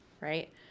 right